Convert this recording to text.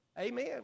Amen